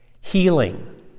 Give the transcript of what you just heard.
healing